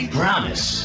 promise